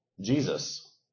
Jesus